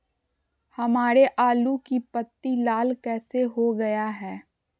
हमारे आलू की पत्ती लाल कैसे हो गया है?